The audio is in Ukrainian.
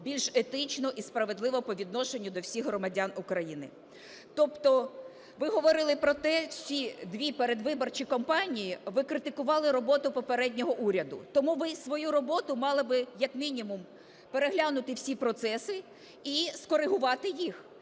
більш етично і справедливо по відношенню до всіх громадян України. Тобто ви говорили про те, всі дві передвиборчі кампанії ви критикували роботу попереднього уряду, тому ви свою роботу, мали би як мінімум переглянути всі процеси і скоригувати їх.